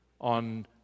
on